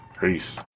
Peace